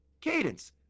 cadence